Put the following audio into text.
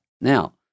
Now